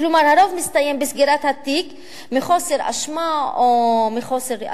כלומר הרוב מסתיים בסגירת התיק מחוסר אשמה או מחוסר ראיות.